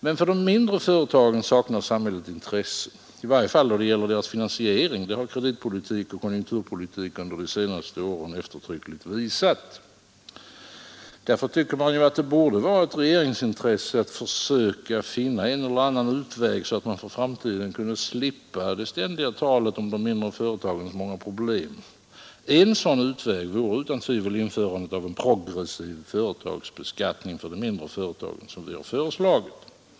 Men för de minre företagen saknar samhället intresse, i varje fall då det gäller deras finansiering — det har kreditpolitik och konjunkturpolitik under de senaste åren eftertryckligt visat. Därför borde det ju vara ett regeringsintresse att försöka finna en eller annan utväg så att man för framtiden kunde slippa det ständiga talet om de mindre företagens många problem. En sådan utväg vore utan tvivel införandet av en progressiv företagsbeskattning för de mindre företagen, såsom vi föreslagit.